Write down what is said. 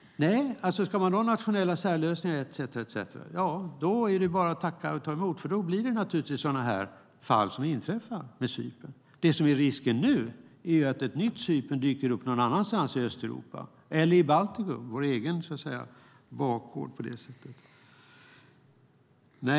Nej, ska man ha nationella särlösningar etcetera då är det bara att tacka och ta emot, för då inträffar sådana fall som Cypern. Risken nu är att ett nytt Cypern dyker upp någon annanstans i Östeuropa eller i Baltikum, vår egen bakgård så att säga.